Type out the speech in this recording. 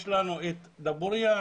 יש לנו את דבוריה,